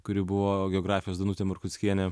kuri buvo geografijos danutė markuckienė